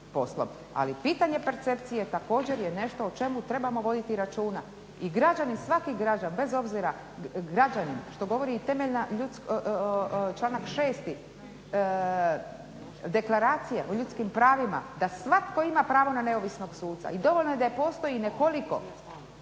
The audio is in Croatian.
Ali pitanje percepcije također je nešto o čemu trebamo voditi računa. I građani, svaki građanin bez obzira, građanin, što govori članak 6. Deklaracije o ljudskim pravima da svatko ima pravo na neovisnog suca. I dovoljno je da postoji nekoliko